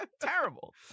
terrible